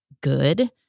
good